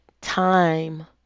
time